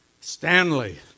Stanley